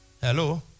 Hello